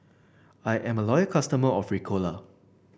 I am a loyal customer of Ricola